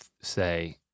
say